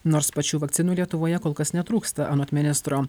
nors pačių vakcinų lietuvoje kol kas netrūksta anot ministro